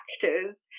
factors